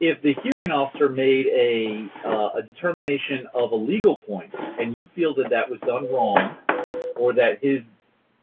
if the hearing officer made a a determination of a legal point and you feel that that was done wrong or that his